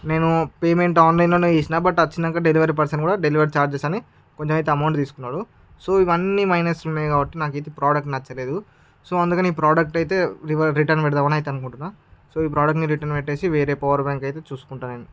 నేను పేమెంట్ ఆన్లైన్లోనే చేసాను బట్ వచ్చినాక డెలివరీ పర్సన్ కూడా డెలివరీ ఛార్జెస్ అని కొంచం అయితే అమౌంట్ తీసుకున్నాడు సో ఇవన్నీ మైనస్లు ఉన్నాయి కాబట్టి నాకు అయితే ఈ ప్రోడక్ట్ నచ్చలేదు సో అందుకని ఈ ప్రోడక్ట్ అయితే రిటర్న్ పెడదాం అని అయితే అనుకుంటున్నాను సో ఈ ప్రోడక్ట్ని రిటర్న్ పెట్టేసి వేరే పవర్ బ్యాంక్ అయితే చూసుకుంటాను నేను